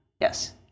Yes